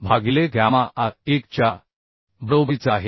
भागिले gamma A 1 च्या बरोबरीचा आहे